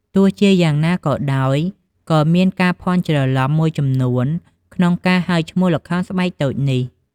ទោះបីជាយ៉ាងណាក៏ដោយ ក៏មានការភ័ន្តច្រឡំមួយចំនួនក្នុងការហៅឈ្មោះល្ខោនស្បែកតូចនេះ ។